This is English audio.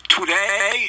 Today